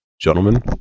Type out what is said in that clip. Gentlemen